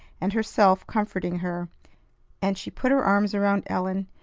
and herself comforting her and she put her arms around ellen,